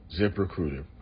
ZipRecruiter